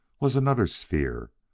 was another sphere.